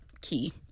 key